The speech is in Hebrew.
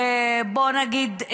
בוא נגיד,